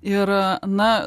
ir na